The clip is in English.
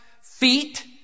feet